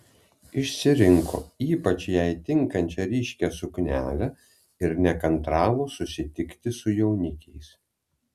išsirinko ypač jai tinkančią ryškią suknelę ir nekantravo susitikti su jaunikiais